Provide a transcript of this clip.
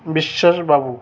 বিশ্বাস বাবু